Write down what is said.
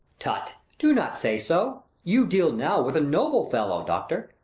tut, do not say so. you deal now with a noble fellow, doctor,